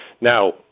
Now